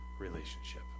relationship